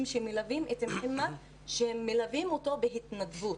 שמלווים את מוחמד שמלווים אותו בהתנדבות.